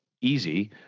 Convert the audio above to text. easy